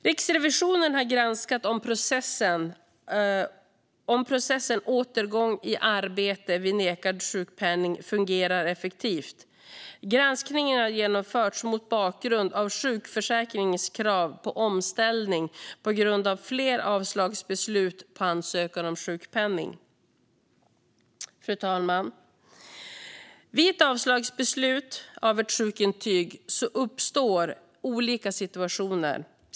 Riksrevisionen har granskat om processen återgång i arbete vid nekad sjukpenning fungerar effektivt. Granskningen har genomförts mot bakgrund av sjukförsäkringens krav på omställning på grund av fler avslagsbeslut på ansökan om sjukpenning. Fru talman! Vid ett avslagsbeslut av ett sjukintyg uppstår det olika situationer.